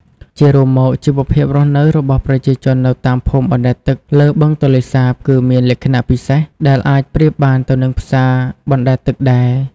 ជារួមមក ជីវភាពរស់នៅរបស់ប្រជាជននៅតាមភូមិបណ្ដែតទឹកលើបឹងទន្លេសាបគឺមានលក្ខណៈពិសេសដែលអាចប្រៀបបានទៅនឹងផ្សារបណ្ដែតទឹកដែរ។